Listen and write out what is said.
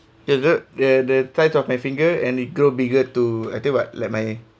ya the ya the size of my finger and it grow bigger to I think what like my